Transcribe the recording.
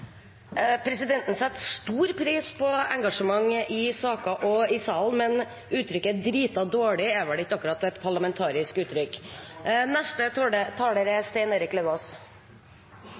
Presidenten setter stor pris på engasjement i saker og i salen, men uttrykket «drita dårlig» er ikke akkurat et parlamentarisk uttrykk.